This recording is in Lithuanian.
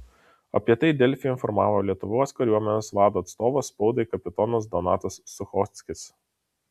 apie tai delfi informavo lietuvos kariuomenės vado atstovas spaudai kapitonas donatas suchockis